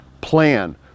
plan